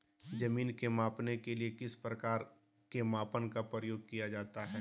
जमीन के मापने के लिए किस प्रकार के मापन का प्रयोग किया जाता है?